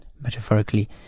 metaphorically